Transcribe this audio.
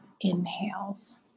inhales